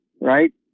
right